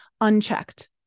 unchecked